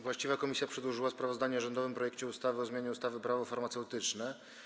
Właściwa komisja przedłożyła sprawozdanie o rządowym projekcie ustawy o zmianie ustawy Prawo farmaceutyczne.